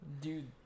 Dude